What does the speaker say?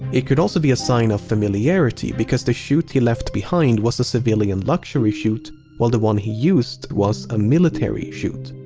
it could also be a sign of familiarity because the chute he left behind was a civilian luxury chute while the one he used was a military chute.